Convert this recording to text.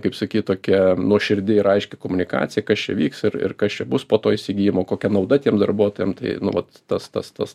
kaip sakyt tokia nuoširdi ir aiški komunikacija kas čia vyks ir ir kas čia bus po to įsigijimo kokia nauda tiem darbuotojam tai nu vat tas tas tas